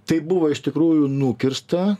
tai buvo iš tikrųjų nukirsta